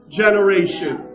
generation